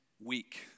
week